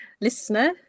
listener